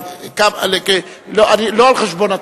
אבל לא על חשבון התוכן.